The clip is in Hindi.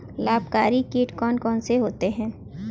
लाभकारी कीट कौन कौन से होते हैं?